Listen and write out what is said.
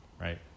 right